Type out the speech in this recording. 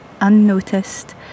unnoticed